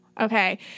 Okay